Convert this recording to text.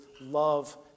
love